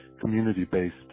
community-based